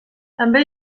també